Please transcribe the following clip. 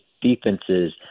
defenses